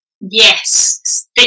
Yes